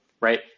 right